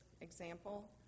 example